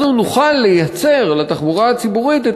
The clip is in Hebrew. אנחנו נוכל לייצר לתחבורה הציבורית את